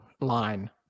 line